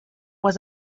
was